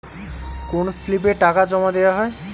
কোন স্লিপে টাকা জমাদেওয়া হয়?